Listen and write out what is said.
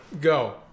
Go